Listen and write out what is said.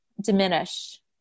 diminish